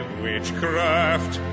witchcraft